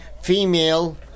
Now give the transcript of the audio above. female